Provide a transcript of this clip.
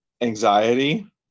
anxiety